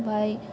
ओमफाय